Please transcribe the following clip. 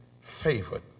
favored